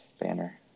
banner